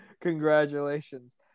Congratulations